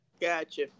Gotcha